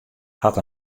hat